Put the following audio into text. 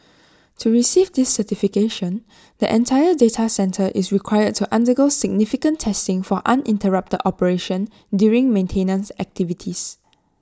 to receive this certification the entire data centre is required to undergo significant testing for uninterrupted operation during maintenance activities